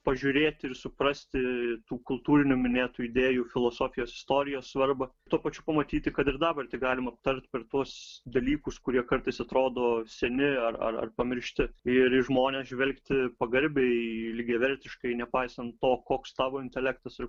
pažiūrėti ir suprasti tų kultūrinių minėtų idėjų filosofijos istorijos svarbą tuo pačiu pamatyti kad ir dabartį galima aptart per tuos dalykus kurie kartais atrodo seni ar ar ar pamiršti ir į žmones žvelgti pagarbiai lygiavertiškai nepaisant to koks tavo intelektas ir